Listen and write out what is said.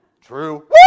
True